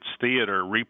Theater